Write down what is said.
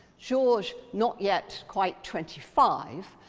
georges not yet quite twenty five,